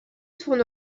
tourne